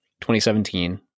2017